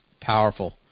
powerful